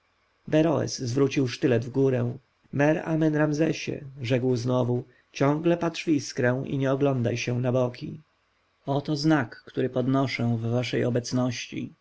beroes zwrócił sztylet wgórę mer-amen-ramzesie rzekł znowu ciągle patrz w iskrę i nie oglądaj się na boki oto znak który podnoszę w waszej obecności